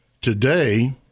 today